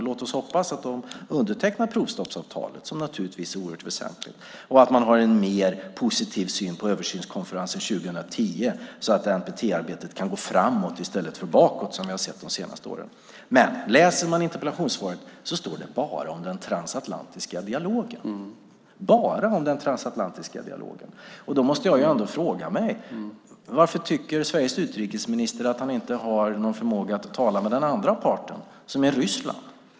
Låt oss hoppas att man undertecknar provstoppsavtalet, som naturligtvis är oerhört väsentligt, och att man har en mer positiv syn på översynskonferensen 2010, så att NPT-arbetet kan gå framåt i stället för bakåt, som under de senaste åren. Men i interpellationssvaret står det bara om den transatlantiska dialogen. Då måste jag fråga mig: Varför tycker Sveriges utrikesminister att han inte har någon förmåga att tala med den andra parten, Ryssland?